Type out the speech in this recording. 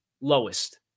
lowest